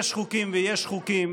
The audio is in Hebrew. יש חוקים ויש חוקים.